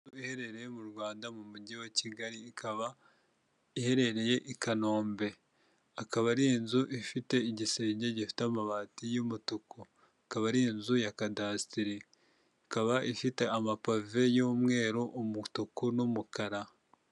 Iherereye mu rwanda mu mujyi wa kigali ikaba iherereye i kanombe akaba ari inzu ifite igisenge gifite amabati y'umutuku, akaba ari inzu ya kadasitere ikaba ifite amapave y'umweru umutuku n'umukara.